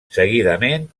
seguidament